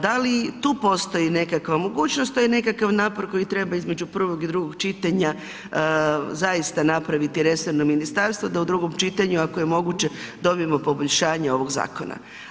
Da li i tu postoji nekakva mogućnost, to je nekakav napor koji treba između prvog i drugog čitanja zaista napraviti resorno ministarstvo, da u drugom čitanju, ako je moguće, dobimo poboljšanje ovog zakona.